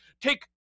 Take